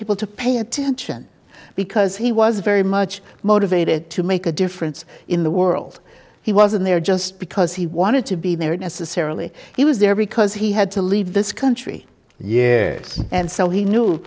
people to pay attention because he was very much motivated to make a difference in the world he wasn't there just because he wanted to be there necessarily he was there because he had to leave this country yet and so he knew